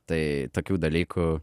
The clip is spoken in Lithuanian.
tai tokių dalykų